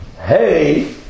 hey